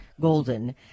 golden